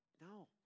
no